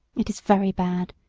it is very bad!